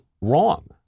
wrong